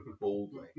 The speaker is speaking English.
boldly